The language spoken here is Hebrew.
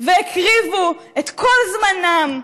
והקריבו את כל זמנם,